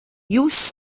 jūs